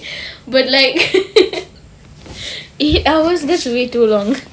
but like eight hours that's way too long